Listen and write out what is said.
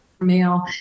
male